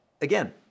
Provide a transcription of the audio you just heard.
again